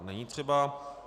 Není třeba.